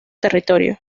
territorio